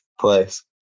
place